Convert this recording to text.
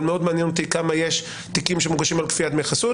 אבל מאוד מעניין אותי כמה תיקים מוגשים על כפיית דמי חזות.